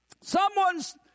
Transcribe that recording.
Someone's